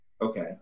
okay